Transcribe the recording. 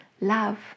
love